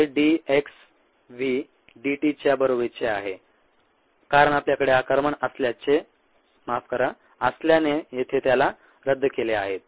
ते d x v dt च्या बरोबरीचे आहे कारण आपल्याकडे आकारमान असल्याने येथे त्याला रद्द केले आहेत